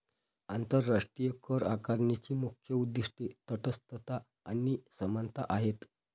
आंतरराष्ट्रीय करआकारणीची मुख्य उद्दीष्टे तटस्थता आणि समानता आहेत